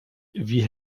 wie